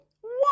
one